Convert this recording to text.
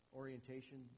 orientation